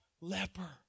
leper